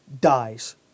dies